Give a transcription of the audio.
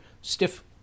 stiff